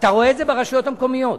אתה רואה את זה ברשויות המקומיות.